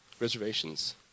Reservations